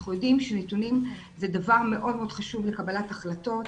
אנחנו יודעים שנתונים זה דבר מאוד חשוב לקבלת החלטות,